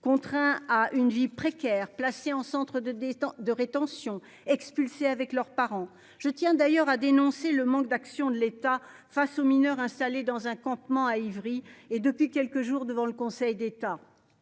contraint à une vie précaire placé en centre de détention de rétention expulsés avec leurs parents. Je tiens d'ailleurs à dénoncer le manque d'action de l'État face aux mineurs installés dans un campement à Ivry et depuis quelques jours devant le Conseil d'État.